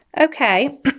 Okay